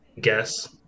guess